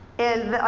in,